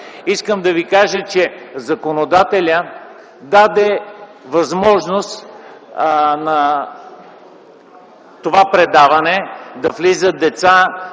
Искам да Ви кажа, че законодателят даде възможност в това предаване да влизат деца,